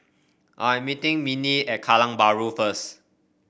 I am meeting Minnie at Kallang Bahru first